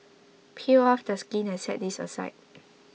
peel off the skin and set this aside